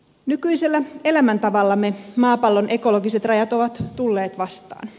nykyisellä elämäntavallamme maapallon ekologiset rajat ovat tulleet vastaan